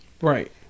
Right